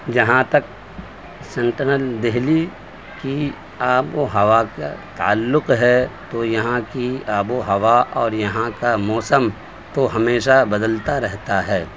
جہاں تک سینٹرل دہلی کی آب و ہوا کا تعلق ہے تو یہاں کی آب و ہوا اور یہاں کا موسم تو ہمیشہ بدلتا رہتا ہے